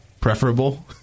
preferable